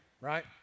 right